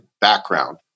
background